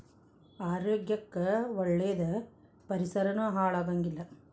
ಆರೋಗ್ಯ ಕ್ಕ ಒಳ್ಳೇದ ಪರಿಸರಾನು ಹಾಳ ಆಗಂಗಿಲ್ಲಾ